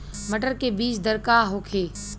मटर के बीज दर का होखे?